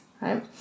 right